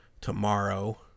tomorrow